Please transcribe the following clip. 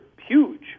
huge